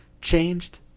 Changed